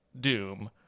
Doom